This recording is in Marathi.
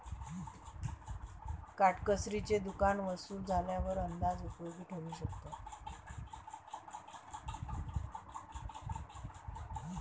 काटकसरीचे दुकान वसूल झाल्यावर अंदाज उपयोगी ठरू शकतो